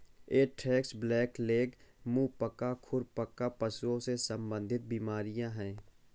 anthrax, blackleg, मुंह पका, खुर पका पशुधन से संबंधित बीमारियां हैं